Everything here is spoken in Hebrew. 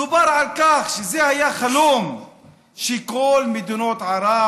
דובר על כך שזה היה חלום שכל מדינות ערב